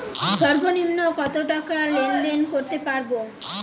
সর্বনিম্ন কত টাকা লেনদেন করতে পারবো?